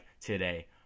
today